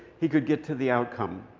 he could get to the outcome.